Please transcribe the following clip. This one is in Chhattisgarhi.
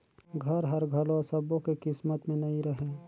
घर हर घलो सब्बो के किस्मत में नइ रहें